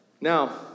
Now